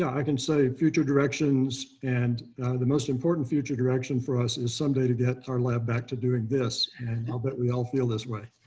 i can say future directions and the most important future direction for us is sunday to get our lab back to doing this. and now that we all feel this way.